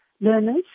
learners